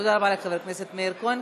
תודה רבה לחבר הכנסת מאיר כהן.